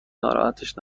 ناراحتش